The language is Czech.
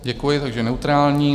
Děkuji, takže neutrální.